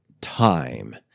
time